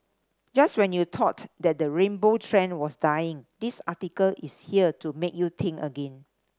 just when you thought that the rainbow trend was dying this article is here to make you think again